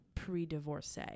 Pre-divorce